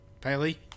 Paley